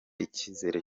icyizere